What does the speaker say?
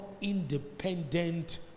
independent